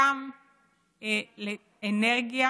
גם לאנרגיה